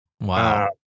Wow